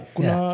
Kuna